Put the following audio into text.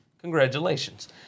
congratulations